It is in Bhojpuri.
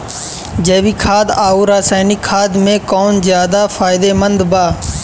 जैविक खाद आउर रसायनिक खाद मे कौन ज्यादा फायदेमंद बा?